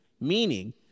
Meaning